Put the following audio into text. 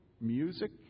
music